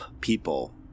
people